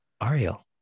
Ariel